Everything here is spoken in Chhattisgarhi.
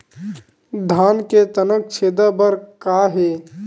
धान के तनक छेदा बर का हे?